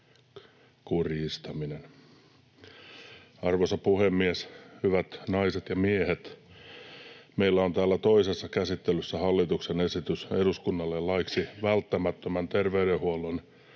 Arvoisa puhemies! Hyvät naiset ja miehet! Meillä on täällä toisessa käsittelyssä hallituksen esitys eduskunnalle laiksi välttämättömän terveydenhuollon